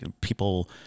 people